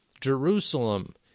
Jerusalem